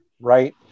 right